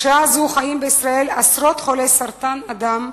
בשעה זו חיים בישראל עשרות חולי סרטן הדם,